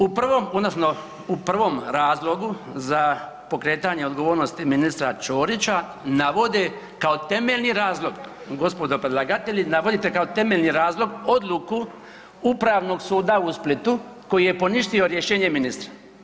U prvom odnosno u prvom razlogu za pokretanje odgovornosti ministra Ćorića navode kao temeljni razlog gospodo predlagatelji, navodite kao temeljni razlog odluku Upravnog suda u Splitu koji je poništio rješenje ministra.